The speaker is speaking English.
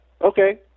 okay